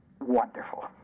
wonderful